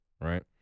right